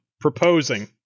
proposing